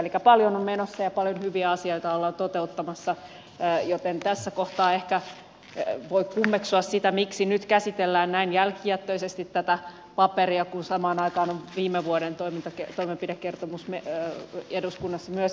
elikkä paljon on menossa ja paljon hyviä asioita ollaan toteuttamassa joten tässä kohtaa ehkä voi kummeksua sitä miksi nyt käsitellään näin jälkijättöisesti tätä paperia kun samaan aikaan on viime vuoden toimenpidekertomus eduskunnassa myös käsittelyssä